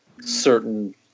certain